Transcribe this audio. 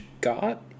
got